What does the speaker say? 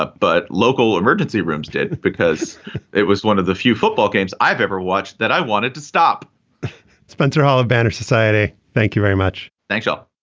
ah but local emergency rooms didn't because it was one of the few football games i've ever watched that i wanted to stop spencer holoband or society. thank you very much. thanks. i'll